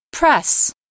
Press